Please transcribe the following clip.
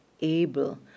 able